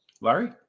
Larry